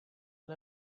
and